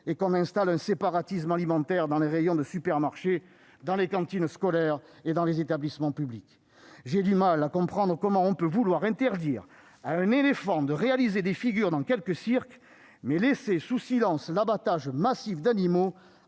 et que l'on installe un séparatisme alimentaire dans les rayons des supermarchés, dans les cantines scolaires et dans les établissements publics. J'ai du mal à comprendre comment on peut vouloir interdire à un éléphant de réaliser des figures dans quelques cirques, mais passer sous silence l'abattage massif d'animaux